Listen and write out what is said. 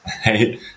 Hey